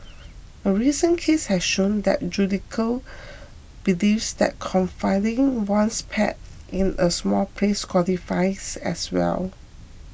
a recent case has shown that the judiciary believes that confining one's pet in a small place qualifies as well